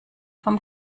vom